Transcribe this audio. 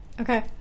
Okay